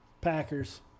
Packers